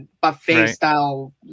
buffet-style